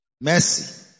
Mercy